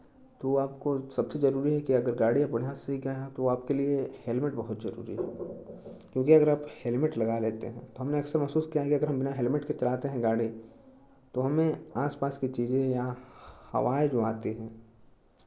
तो वो आपको सबसे ज़रूरी है कि अगर गाड़ी आप बढ़ियाँ सीख गए हैं तो आपके लिए हेलमेट बहुत ज़रूरी है क्योंकि अगर आप हेलमेट लगा लेते हैं तो हमने अक्सर महसूस किया है कि अगर हम बिना हेलमेट के चलाते हैं गाड़ी तो हमें आस पास की चीज़ें या हवाएँ जो आती हैं